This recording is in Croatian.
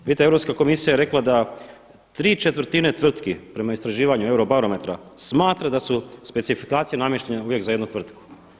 Vidite, Europska komisija je rekla da tri četvrtine tvrtki prema istraživanju Eurobarometra smatra da su specifikacije namještene uvijek za jednu tvrtku.